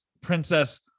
Princess